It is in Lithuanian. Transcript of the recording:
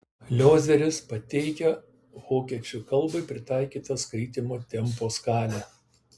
liozeris pateikia vokiečių kalbai pritaikytą skaitymo tempo skalę